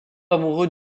amoureux